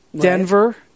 Denver